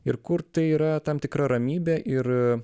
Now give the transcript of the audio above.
ir kur tai yra tam tikra ramybė ir